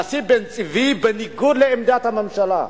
הנשיא בן-צבי, בניגוד לעמדת הממשלה,